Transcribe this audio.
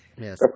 Yes